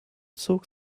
zog